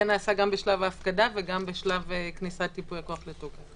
זה נעשה גם בשלב ההפקדה וגם בשלב כניסת ייפוי הכוח לתוקף.